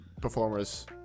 performers